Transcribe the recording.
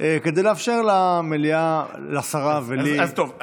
כדי לאפשר למליאה, לשרה ולי, טוב.